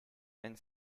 and